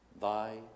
thy